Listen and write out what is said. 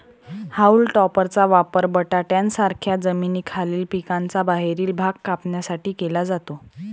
haulm टॉपरचा वापर बटाट्यांसारख्या जमिनीखालील पिकांचा बाहेरील भाग कापण्यासाठी केला जातो